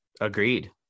Agreed